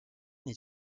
est